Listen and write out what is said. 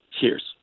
Cheers